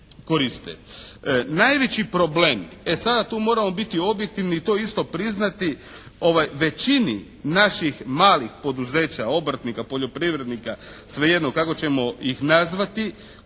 koriste. Najveći problem, e sada tu moramo biti objektivni i to isto priznati većini naših malih poduzeća, obrtnika, poljoprivrednika, svejedno kako ćemo ih nazvati